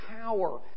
power